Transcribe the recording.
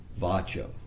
Vacho